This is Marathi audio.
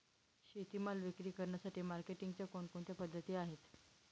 शेतीमाल विक्री करण्यासाठी मार्केटिंगच्या कोणकोणत्या पद्धती आहेत?